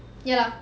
ya